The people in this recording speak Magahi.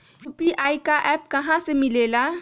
यू.पी.आई का एप्प कहा से मिलेला?